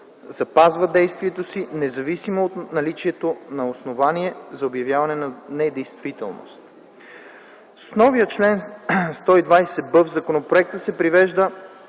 запазва действието си, независимо от наличието на основание за обявяване на недействителност. С новия чл. 120б в законопроекта се предвижда